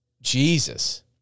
jesus